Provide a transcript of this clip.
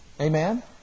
Amen